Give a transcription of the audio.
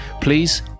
please